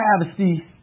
travesty